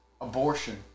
abortion